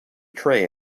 tray